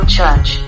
Church